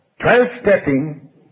Twelve-stepping